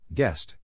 guest